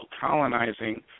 colonizing